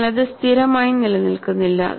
എന്നാൽ അത് സ്ഥിരമായി നിലനിൽക്കുന്നില്ല